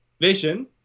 Vision